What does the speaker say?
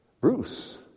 Bruce